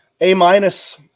A-minus